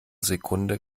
sekunde